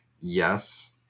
Yes